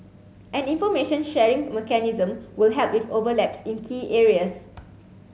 an information sharing mechanism will help with overlaps in key areas